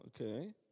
okay